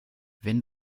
wenn